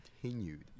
continued